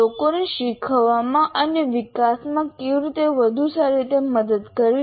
લોકોને શીખવામાં અને વિકાસમાં કેવી રીતે વધુ સારી રીતે મદદ કરવી